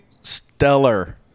stellar